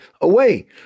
away